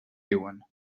diuen